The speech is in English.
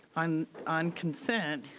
on on consent,